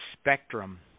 spectrum